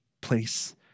place